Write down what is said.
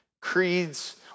Creeds